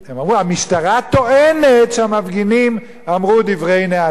המשטרה טוענת שהמפגינים אמרו דברי נאצה.